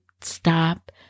stop